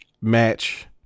match